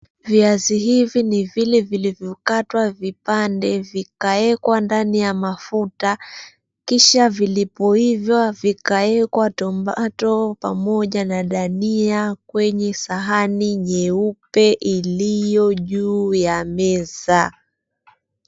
Viazi hivi ni vile vilivyokatwa vipande vikaekwa ndani ya mafuta, kisha vilipoiva vikaekwa tomato pamoja na dania kwenye sahani nyeupe iliyo juu ya meza.